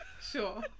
sure